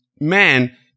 man